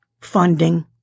Funding